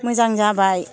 मोजां जाबाय